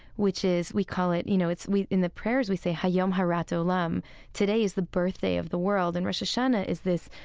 which is, we call it, you know, it's in the prayers, we say, hayom harat olam today is the birthday of the world. and rosh hashanah is this,